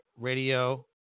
Radio